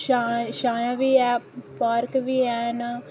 छां छां छाया बी ऐ पार्क बी हैन